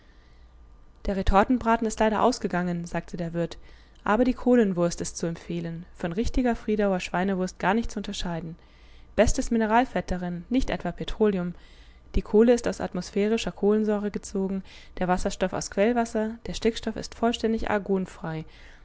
der retortenbraten ist leider ausgegangen sagte der wirt aber die kohlenwurst ist zu empfehlen von richtiger friedauer schweinewurst gar nicht zu unterscheiden bestes mineralfett darin nicht etwa petroleum die kohle ist aus atmosphärischer kohlensäure gezogen der wasserstoff aus quellwasser der stickstoff ist vollständig argonfrei die